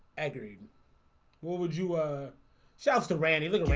agreed what would you ah south to rani lorraine.